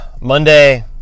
Monday